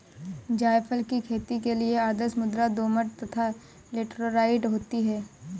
जायफल की खेती के लिए आदर्श मृदा दोमट तथा लैटेराइट होती है